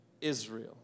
Israel